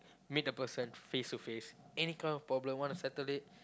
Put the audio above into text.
meet the person face to face any kind of problem want to settle it